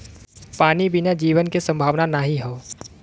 पानी बिना जीवन के संभावना नाही हौ